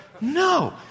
No